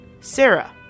Sarah